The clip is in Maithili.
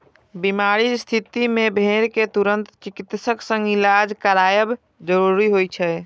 बीमारी के स्थिति मे भेड़ कें तुरंत चिकित्सक सं इलाज करायब जरूरी होइ छै